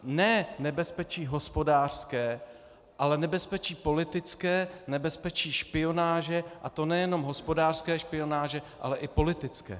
Ne nebezpečí hospodářské, ale nebezpečí politické, nebezpečí špionáže, a to nejenom hospodářské špionáže, ale i politické.